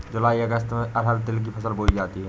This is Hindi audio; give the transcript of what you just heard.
जूलाई अगस्त में अरहर तिल की फसल बोई जाती हैं